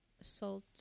salt